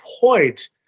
point